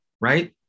right